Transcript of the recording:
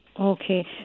Okay